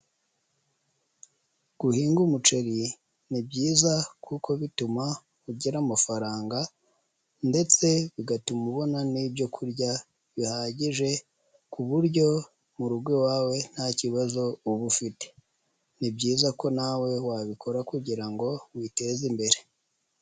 Guhinga umuceri ni byiza kuko bituma ugira amafaranga ndetse bigatuma ubona n'ibyo kurya bihagije ku buryo mu rugo iwawe nta kibazo uba ufite, ni byiza ko nawe wabikora kugira ngo witeze imbere.